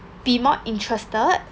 be more interested